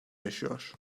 yaşıyor